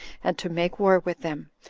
and to make war with them,